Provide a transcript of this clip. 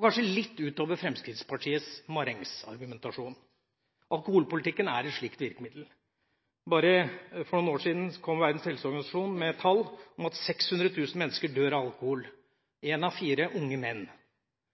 Kanskje litt utover Fremskrittspartiets marengsargumentasjon. Alkoholpolitikken er et slikt virkemiddel. Bare for noen år siden kom Verdens helseorganisasjon med tall om at 600 000 mennesker dør av alkohol. Én av fire er unge menn.